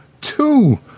two